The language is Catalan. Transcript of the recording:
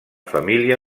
família